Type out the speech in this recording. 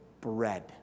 bread